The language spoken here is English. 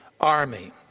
army